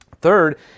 Third